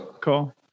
cool